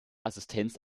assistent